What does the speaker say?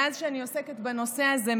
מאז שאני עוסקת בנושא הזה,